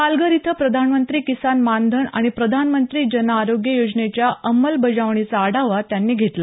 पालघर इथं प्रधानमंत्री किसान मानधन आणि प्रधानमंत्री जन आरोग्य योजनेच्या अंमलबजावणीचा आढावा त्यांनी घेतला